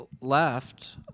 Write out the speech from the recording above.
left